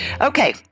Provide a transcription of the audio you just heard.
Okay